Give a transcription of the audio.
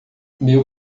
meu